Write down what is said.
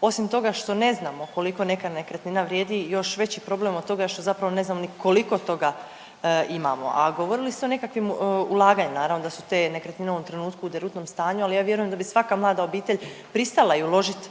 Osim toga što ne znamo koliko neka nekretnina vrijedi, još veći problem od toga je što zapravo ne znamo ni koliko toga imamo, a govorili ste o nekakvim ulaganjima. Naravno da su te nekretnine u ovom trenutku u derutnom stanju ali ja vjerujem da bi svaka mlada obitelj pristala i uložit